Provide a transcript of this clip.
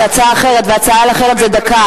זו הצעה אחרת, והצעה אחרת זה דקה.